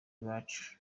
iwacu